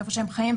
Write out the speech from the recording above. איפה שהם חיים,